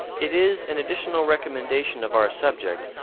it is an additional recommendation of our subject,